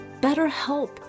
BetterHelp